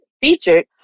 featured